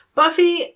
Buffy